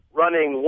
running